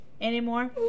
anymore